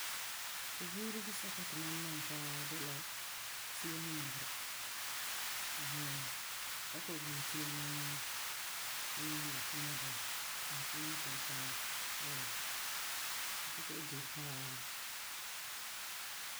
Tu buuri disɛka ti ma nɔŋɛ paa de la tia bunŋmɛgera ɛɛn hɛɛn Fu san kɔ'ɔm buse ti nuu, niim ba, ŋmɛgɛ ba, basɛ ti naakinya paɛ ba ooom, fu yeti fu kɔ'ɔm di mɛ paa